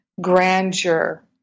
grandeur